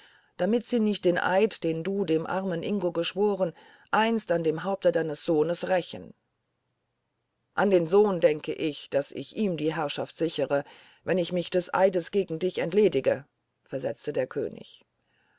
damit sie nicht den eid den du dem armen ingo geschworen einst an dem haupte deines sohnes rächen an den sohn denke ich daß ich ihm die herrschaft sichere wenn ich mich des eides gegen dich entledige versetzte der könig